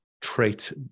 trait